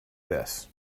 this